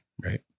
Right